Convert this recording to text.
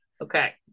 okay